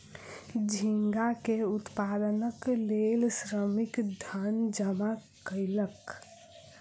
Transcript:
झींगा के उत्पादनक लेल श्रमिक धन जमा कयलक